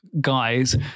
guys